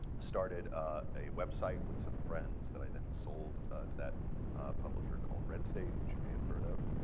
started a website with some friends that i then sold to that publisher called redstate, which you may have heard of.